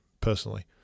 personally